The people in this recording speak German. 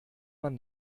man